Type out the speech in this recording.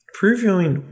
previewing